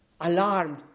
Alarmed